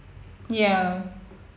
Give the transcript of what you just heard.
ya